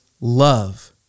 love